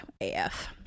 AF